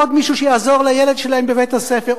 עוד מישהו שיעזור לילד שלהם בבית-הספר,